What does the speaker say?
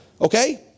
Okay